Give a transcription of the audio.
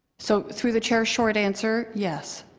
so through the chair, short answer, yes.